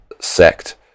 sect